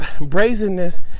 brazenness